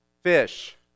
Fish